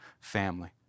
family